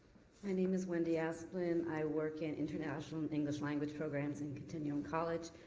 my name is wendy asplund, i work in international english language programs and continuing college,